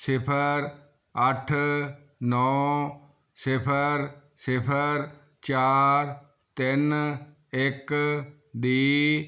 ਸਿਫਰ ਅੱਠ ਨੌ ਸਿਫਰ ਸਿਫਰ ਚਾਰ ਤਿੰਨ ਇੱਕ ਦੀ